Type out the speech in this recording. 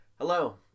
Hello